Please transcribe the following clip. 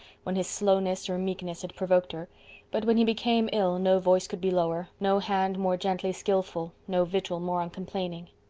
when his slowness or meekness had provoked her but when he became ill no voice could be lower, no hand more gently skillful, no vigil more uncomplaining.